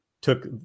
took